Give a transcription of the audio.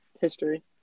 history